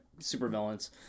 supervillains